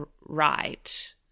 right